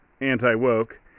anti-woke